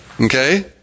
Okay